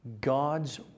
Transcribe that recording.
God's